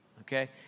okay